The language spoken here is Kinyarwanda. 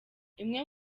imwe